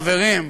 חברים,